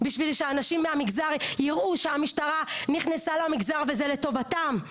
כדי שאנשים מהמגזר יראו שהמשטרה נכנסה למגזר וזה לטובתם,